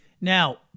Now